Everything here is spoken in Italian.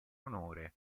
onore